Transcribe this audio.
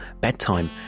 bedtime